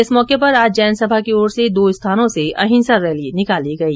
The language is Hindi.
इस मौके पर आज जैन महासभा की ओर से दो स्थानों से अहिंसा रैली निकली गई